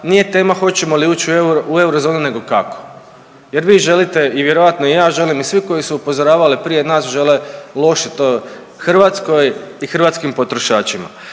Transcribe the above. nije tema hoćemo li ući u eurozonu, nego kako. Jer vi želite i vjerojatno i ja želim i svi koji su upozoravali prije nas žele loše toj Hrvatskoj i hrvatskim potrošačima.